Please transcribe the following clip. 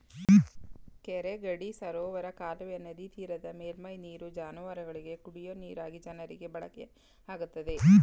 ಕೆರೆ ಗಡ್ಡಿ ಸರೋವರ ಕಾಲುವೆಯ ನದಿತೀರದ ಮೇಲ್ಮೈ ನೀರು ಜಾನುವಾರುಗಳಿಗೆ, ಕುಡಿಯ ನೀರಾಗಿ ಜನರಿಗೆ ಬಳಕೆಯಾಗುತ್ತದೆ